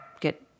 get